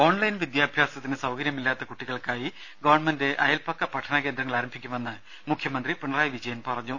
online വിദ്യാഭ്യാസത്തിന് സൌകര്യമില്ലാത്ത കുട്ടികൾക്കായി ഗവൺമെന്റ് അയൽപക്ക പഠന കേന്ദ്രങ്ങൾ ആരംഭിക്കുമെന്ന് മുഖ്യമന്ത്രി പിണറായി വിജയൻ പറഞ്ഞു